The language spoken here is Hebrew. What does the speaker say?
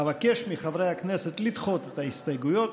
אבקש מחברי הכנסת לדחות את ההסתייגויות